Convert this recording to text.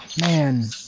man